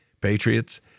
Patriots